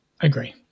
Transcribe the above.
agree